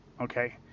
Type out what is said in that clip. okay